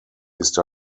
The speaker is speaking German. ist